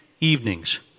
evenings